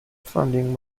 funding